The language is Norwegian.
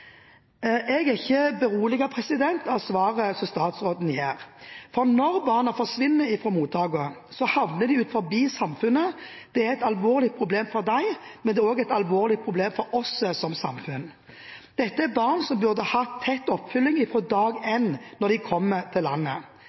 Jeg er ikke beroliget av svaret som statsråden gir her, for når barna forsvinner fra mottakene, havner de utenfor samfunnet. Det er et alvorlig problem for dem, men det er også et alvorlig problem for oss som samfunn. Dette er barn som burde hatt tett oppfølging fra dag én, fra de kommer til landet.